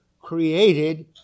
created